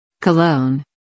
cologne